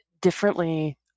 differently